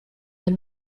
del